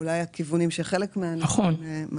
דוגמה לכך הן תקנות שקובעות מתי מחזור הימורים יבוטל,